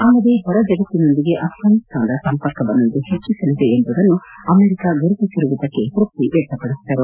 ಅಲ್ಲದೆ ಹೊರ ಜಗತ್ತಿನೊಂದಿಗೆ ಅಫ್ವಾನಿಸ್ತಾನದ ಸಂಪರ್ಕವನ್ನು ಇದು ಹೆಚ್ಚಿಸಲಿದೆ ಎಂಬುದನ್ನು ಆಮೆರಿಕ ಗುರುತಿಸಿರುವುದಕ್ಕೆ ತೃಪ್ತಿ ವ್ಯಕ್ತಪಡಿಸಿದರು